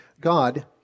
God